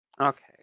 Okay